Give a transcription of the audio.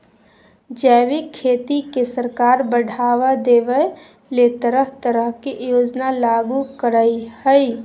जैविक खेती के सरकार बढ़ाबा देबय ले तरह तरह के योजना लागू करई हई